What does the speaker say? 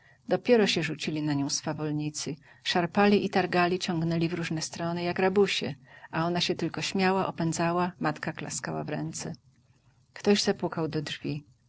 dopiero się rzucili na nią swywolnicy szarpali i targali ciągnęli w różne strony jak rabusie a ona się tylko śmiała opędzała matka klaskała w ręce ktoś zapukał do drzwi